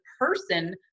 person